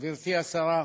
גברתי השרה,